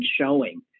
showing